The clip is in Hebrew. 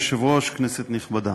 אדוני היושב-ראש, כנסת נכבדה,